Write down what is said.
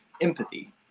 empathy